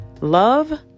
love